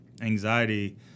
anxiety